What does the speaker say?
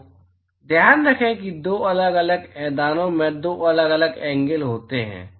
तो ध्यान रखें कि दो अलग अलग मैदानों में दो अलग अलग एंगल होते हैं